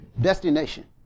Destination